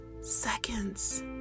seconds